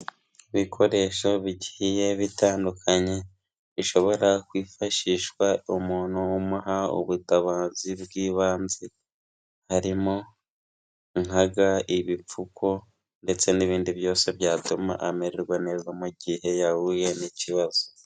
Ibikoresho bigiye bitandukanye, bishobora kwifashishwa umuntu umuha ubutabazi bw'ibanze, harimo nka ga, ibipfuko ndetse n'ibindi byose byatuma amererwa neza, mu gihe yahuye n'ikibazo.